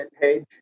page